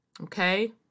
Okay